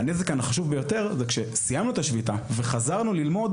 הנזק החשוב ביותר זה כשסיימנו את השביתה וחזרנו ללמוד,